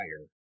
higher